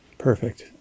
Perfect